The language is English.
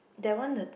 that one the